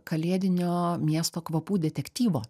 kalėdinio miesto kvapų detektyvo